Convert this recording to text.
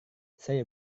saya